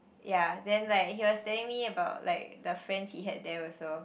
ya then like he was telling me about like the friends he had there also